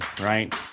right